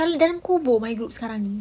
dalam kubur my group sekarang ini